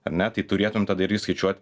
ar ne tai turėtum tada irgi skaičiuot